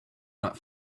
not